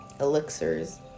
Elixirs